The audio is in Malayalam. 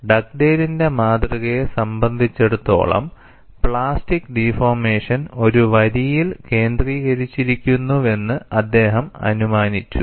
ഡഗ്ഡെയ്ലിന്റെ മാതൃകയെ സംബന്ധിച്ചിടത്തോളം പ്ലാസ്റ്റിക് ഡിഫോർമേഷൻ ഒരു വരിയിൽ കേന്ദ്രീകരിക്കുന്നുവെന്ന് അദ്ദേഹം അനുമാനിച്ചു